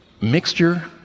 mixture